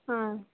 ಹಾಂ